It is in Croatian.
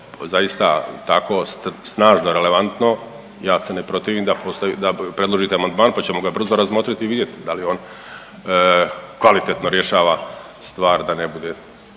zaista tako snažno relevantno, ja se ne protivim da predložite amandman, pa ćemo ga brzo razmotriti i vidjeti, da li je on kvalitetno rješava stvar da ne bude